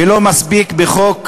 ולא מספיק בחוק